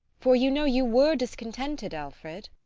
for you know you were discontented, alfred.